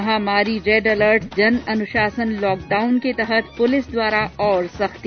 महामारी red alert जन अनुशासन लॉकडान के तहत पुलिस द्वारा ओर सख्ती